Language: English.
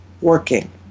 working